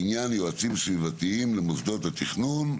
בעניין יועצים סביבתיים למוסדות התכנון.